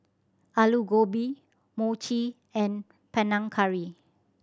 Alu Gobi Mochi and Panang Curry